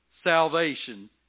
Salvation